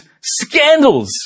Scandals